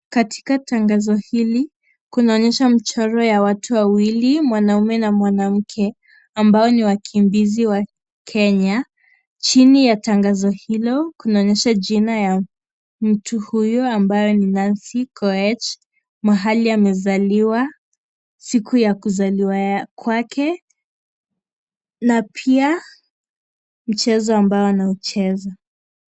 Katika tangazo hili kunaonyesha mchoro ya watu wawili mwanaume na mwanamke ambao ni wakimbizi wa Kenya chini ya tangazo hilo kunaonyesha jina ya mtu huyu ambaye ni Nancy Koech mahali amezaliwa siku ya kuzaliwa kwake na pia mchezo ambao anaucheza.